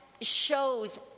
shows